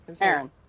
Aaron